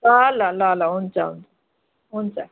अँ ल ल ल हुन्छ हुन्छ हुन्छ